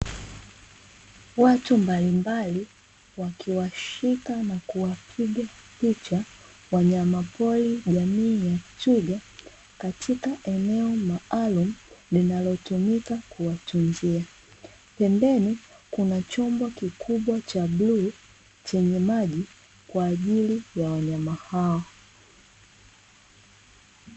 Watu mbalimbali, wakiwashika na kuwapiga picha wanyama pori jamii ya twiga katika eneo maalumu linalotumika kuwatunzia. Pembeni kuna chombo kikubwa cha bluu chenye maji kwa ajili ya wanyama hao.